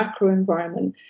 macroenvironment